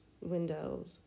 windows